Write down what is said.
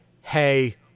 hey